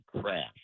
crash